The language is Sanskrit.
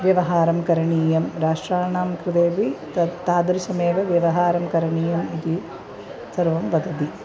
व्यवहारं करणीयं राष्ट्राणां कृतेऽपि तत् तादृशमेव व्यवहारं करणीयम् इति सर्वे वदन्ति